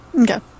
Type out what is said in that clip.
Okay